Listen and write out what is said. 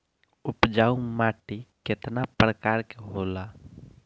उपजाऊ माटी केतना प्रकार के होला?